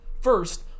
First